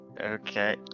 okay